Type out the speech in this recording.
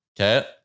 Okay